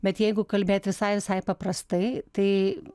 bet jeigu kalbėt visai visai paprastai tai